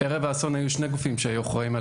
ערב האסון היו שני גופים שהיו אחראים על